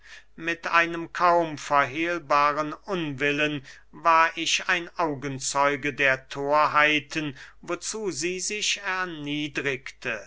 mit einem kaum verhehlbaren unwillen war ich ein augenzeuge der thorheiten wozu sie sich erniedrigte